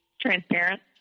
transparent